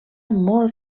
molt